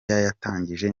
yatangije